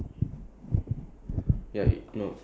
as in like our uh the company transport